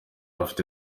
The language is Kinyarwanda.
afite